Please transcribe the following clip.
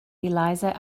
eliza